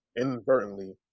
inadvertently